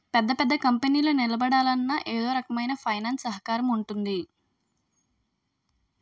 పెద్ద పెద్ద కంపెనీలు నిలబడాలన్నా ఎదో ఒకరకమైన ఫైనాన్స్ సహకారం ఉంటుంది